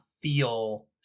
feel